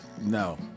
No